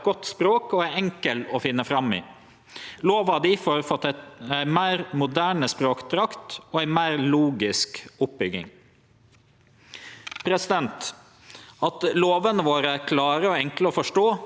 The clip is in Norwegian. oppbygging. At lovene våre er klare og enkle å forstå er viktig, og eg meiner at dette er ekstra viktig for vallova, som regulerer dei viktigaste spelereglane i demokratiet vårt.